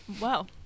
Wow